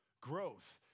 growth